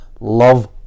Love